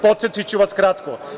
Podsetiću vas kratko.